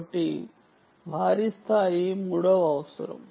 కాబట్టి భారీ స్థాయి మూడవ అవసరం